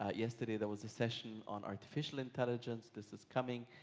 ah yesterday there was a session on artificial intelligence. this is coming.